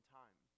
time